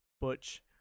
Butch